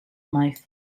mouth